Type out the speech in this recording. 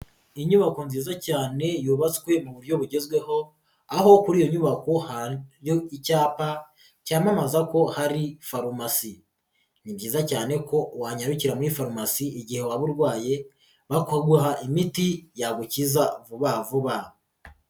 Inyubako nziza cyane yubatswe mu buryo bugezweho, aho kuri iyo nyubako hariyo icyapa, cyamamaza ko hari farumasi, ni byiza cyane ko wanyarukira muri farmasi igihe waba urwaye, bakaguha imiti yagukiza vuba vuba.